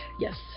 yes